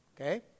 Okay